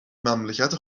مملکت